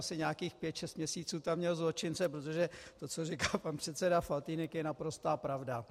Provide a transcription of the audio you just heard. asi nějakých pět šest měsíců tam měl zločince, protože to, co říká pan předseda Faltýnek je naprostá pravda.